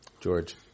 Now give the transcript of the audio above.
George